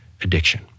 addiction